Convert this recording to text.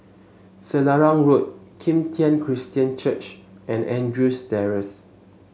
Selarang Road Kim Tian Christian Church and Andrews Terrace